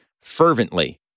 fervently